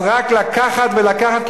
אז רק לקחת ולקחת.